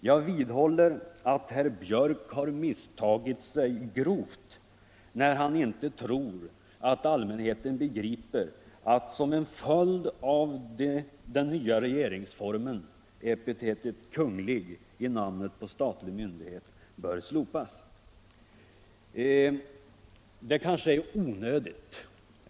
Jag vidhåller att herr Björck har misstagit sig grovt när han tror att allmänheten inte begriper att det är som en följd av den nya regeringsformen som epitetet Kunglig i namnet på statlig myndighet bör slopas.